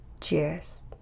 Cheers